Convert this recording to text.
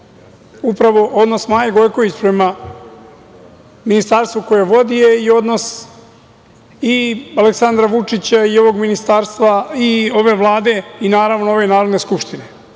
Upravo odnos Maje Gojković prema Ministarstvu koje vodi je i odnos Aleksandra Vučića i ovog ministarstva i ove Vlade i naravno ove Narodne skupštine. Vrlo